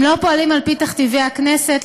הם לא פועלים על-פי תכתיבי הכנסת,